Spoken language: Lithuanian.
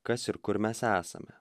kas ir kur mes esame